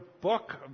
book